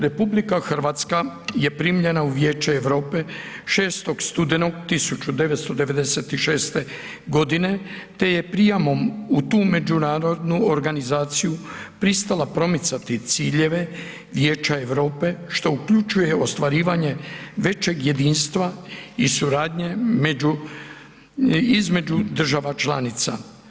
RH je primljena u Vijeće Europe 6. studenog 1996. g. te je prijemom u tu međunarodnu organizaciju pristala primicati ciljeve Vijeća Europe što uključuje ostvarivanje većeg jedinstva i suradnje između država članica.